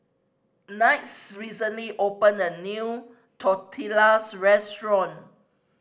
Kinte's recently opened a new Tortillas Restaurant